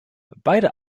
beide